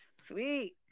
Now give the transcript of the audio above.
Sweet